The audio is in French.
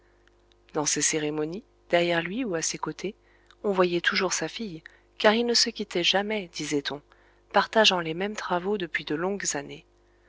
dans ces cérémonies derrière lui ou à ses côtés on voyait toujours sa fille car ils ne se quittaient jamais disaiton partageant les mêmes travaux depuis de longues années